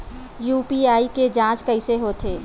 UPI के के जांच कइसे होथे?